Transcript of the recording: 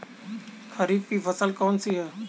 खरीफ की फसल कौन सी है?